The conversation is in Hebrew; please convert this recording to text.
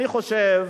אני חושב